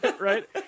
Right